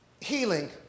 Healing